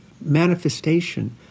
manifestation